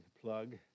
plug